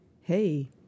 Hey